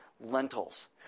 lentils